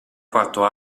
quarto